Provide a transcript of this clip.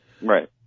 Right